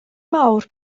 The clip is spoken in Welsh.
mawr